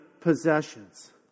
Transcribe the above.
possessions